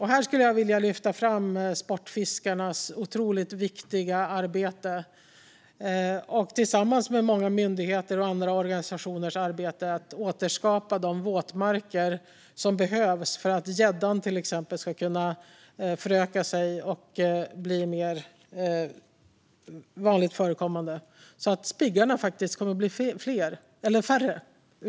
Här skulle jag vilja lyfta fram det otroligt viktiga arbete som görs av Sportfiskarna tillsammans med många myndigheter och andra organisationer för att återskapa de våtmarker som behövs för att till exempel gäddan ska kunna föröka sig och bli mer vanligt förekommande, vilket i sin tur leder till att spiggarna blir färre.